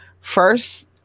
first